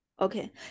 Okay